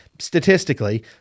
statistically